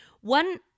One